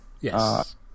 Yes